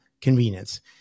convenience